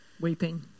Weeping